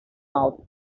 out